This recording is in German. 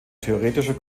theoretischer